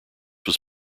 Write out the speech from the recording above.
was